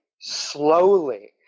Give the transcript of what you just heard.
slowly